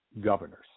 governors